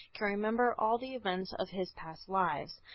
can remember all the events of his past lives.